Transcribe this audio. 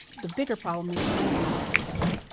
the bigger problem is there is no everybody,